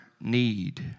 need